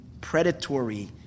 predatory